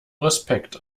respekt